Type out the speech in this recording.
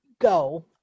go